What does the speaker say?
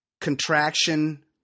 contraction